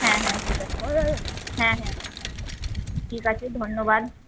হ্যাঁ হ্যাঁ ঠিক আছে হ্যাঁ হ্যাঁ ঠিক আছে ধন্যবাদ